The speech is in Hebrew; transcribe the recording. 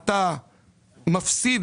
אתה מפסיד,